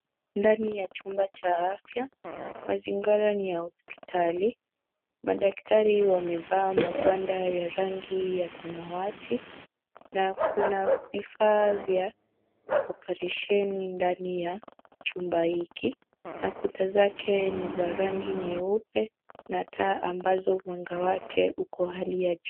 Ndani ya chumba cha afya. Mazingara ni ya hospitali. Madaktari wamevaa magwanda ya rangi ya samawati na kuna vifaa vya oparesheni ndani ya chumba hiki na kuta zake ni za rangi nyeupe na taa ambazo mwanga wake uko hali ya juu.